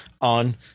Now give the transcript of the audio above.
on